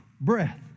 Breath